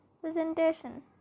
presentation